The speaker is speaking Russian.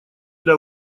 для